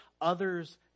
others